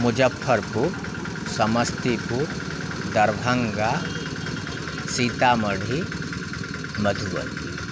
Muzaffarpur Samastipur Darbhanga Sitamarhi Madhubani